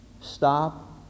Stop